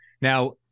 now